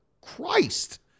Christ